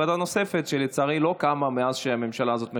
וועדה נוספת שלצערי לא קמה מאז שהממשלה הזאת מכהנת,